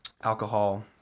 alcohol